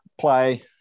play